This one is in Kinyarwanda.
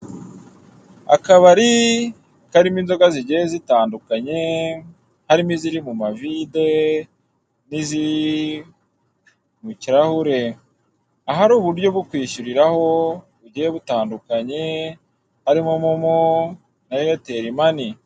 Akabari karimo inzoga zigiye zitandukanye, harimo iziri mu mavide, n'iziri mu kirahure. Ahari uburyo bwo kwishyuriraho, bigiye butandukanye, harimo momo, na eyateli mani.